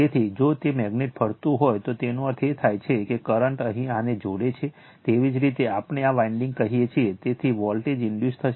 તેથી જો તે મેગ્નેટ ફરતું હોય તો તેનો અર્થ એ થાય કે કરંટ અહીં આને જોડે છે તેવી જ રીતે આપણે આ વાઇન્ડીંગ કહીએ છીએ તેથી વોલ્ટેજ ઈન્ડયુસ થશે